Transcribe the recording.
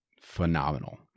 phenomenal